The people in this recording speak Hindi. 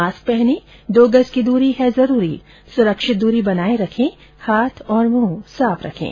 मास्क पहनें दो गज की दूरी है जरूरी सुरक्षित दूरी बनाए रखें हाथ और मुंह साफ रखें